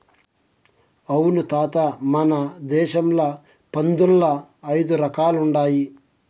అవును తాత మన దేశంల పందుల్ల ఐదు రకాలుండాయి